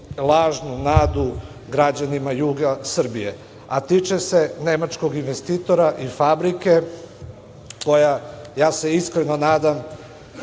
lažnu nadu građanima juga Srbije, a tiče se nemačkog investitora i fabrike koja, ja se iskreno nadam,